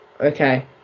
okay